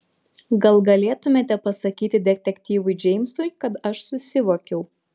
gal galėtumėte pasakyti detektyvui džeimsui kad aš susivokiau